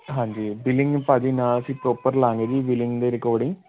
ਹਾਂਜੀ ਬਿਲਿੰਗ ਭਾਅ ਜੀ ਨਾ ਅਸੀਂ ਪ੍ਰੋਪਰ ਲਵਾਂਗੇ ਜੀ ਬਿਲਿੰਗ ਦੇ ਰਿਕੋਡ